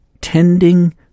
tending